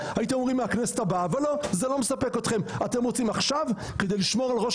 את הכל, ולא משנה אם יוביל את הרשות הזו ראש